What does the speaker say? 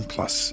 Plus